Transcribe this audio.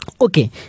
Okay